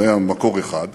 זה היה מקור אחד.